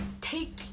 take